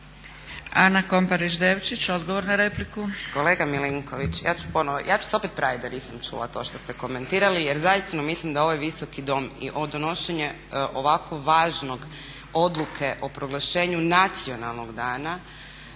Ana KOmparić Devčić odgovor na repliku.